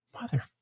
Mother